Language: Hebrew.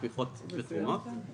תמיכות ותרומות);